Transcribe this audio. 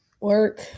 work